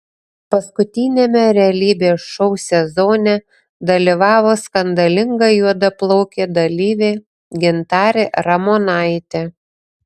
paskutiniame realybės šou sezone dalyvavo skandalinga juodaplaukė dalyvė gintarė ramonaitė